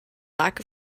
lack